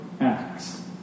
acts